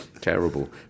terrible